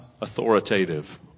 authoritative